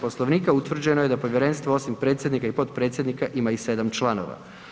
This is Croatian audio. Poslovnika utvrđeno je da povjerenstvo osim predsjednika i potpredsjednika ima i 7 članova.